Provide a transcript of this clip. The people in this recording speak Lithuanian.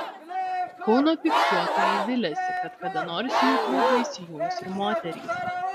kauno pypkiuotojai viliasi kad kada nors į jų klubą įsijungs ir moterys